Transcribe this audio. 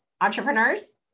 Entrepreneurs